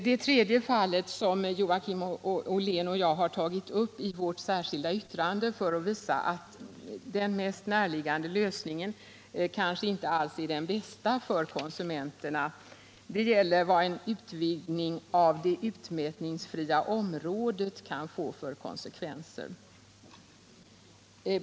Det tredje fallet, som Joakim Ollén och jag har tagit upp i vårt särskilda yttrande för att visa att den mest närliggande lösningen kanske inte alls är den bästa för konsumenterna, gäller vad en utvidgning av det utmätningsfria området kan få för konsekvenser.